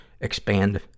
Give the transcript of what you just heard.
expand